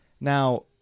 Now